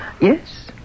Yes